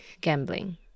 Gambling